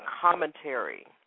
commentary